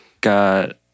Got